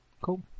cool